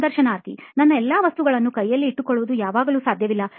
ಸಂದರ್ಶನಾರ್ಥಿ ನನ್ನ ಎಲ್ಲ ವಸ್ತುಗಳನ್ನು ಕೈಯಲ್ಲಿ ಇಟ್ಟುಕೊಳ್ಳುವುದು ಯಾವಾಗಲೂ ಸಾಧ್ಯವಿಲ್ಲ